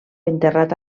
enterrat